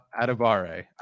Adibare